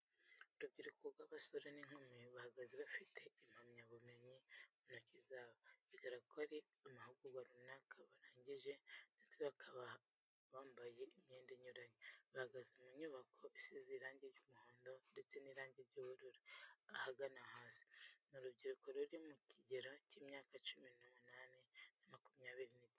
Urubyiruko rw'abasore n'inkumi bahagaze bafite impamyabumenyi mu ntoki zabo, bigaragaza ko hari amahugurwa ruanaka barangije ndetse bakaba bambaye imyenda inyuranye. Bahagaze mu nyubako isize irange ry'umuhondo ndetse n'irange ry'ubururu ahagana hasi. Ni urubyiruko ruri mu kigero cy'imyaka cumi n'umunani na makumyabiri n'itatu.